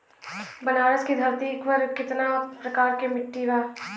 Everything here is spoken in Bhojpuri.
बनारस की धरती पर कितना प्रकार के मिट्टी बा?